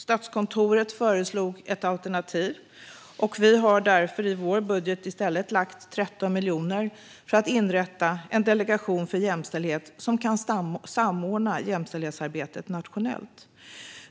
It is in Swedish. Statskontoret föreslog ett alternativ, och vi har därför i vår budget i stället lagt 13 miljoner för att inrätta en delegation för jämställdhet som kan samordna jämställdhetsarbetet nationellt.